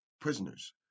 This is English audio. prisoners